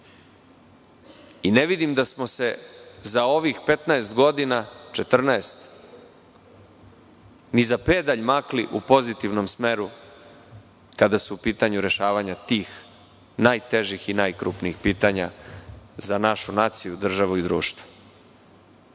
Ne vidim da smo se za ovih 14 godina ni za pedalj makli u pozitivnom smeru kada su u pitanju rešavanja tih najtežih i najkrupnijih pitanja za našu naciju, državu i društvo. Nema